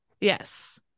yes